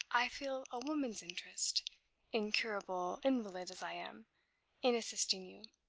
i feel a woman's interest incurable invalid as i am in assisting you.